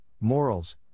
morals